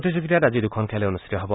প্ৰতিযোগিতাত আজি দুখন খেল অনুষ্ঠিত হ'ব